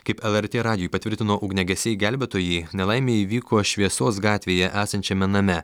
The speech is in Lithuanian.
kaip lrt radijui patvirtino ugniagesiai gelbėtojai nelaimė įvyko šviesos gatvėje esančiame name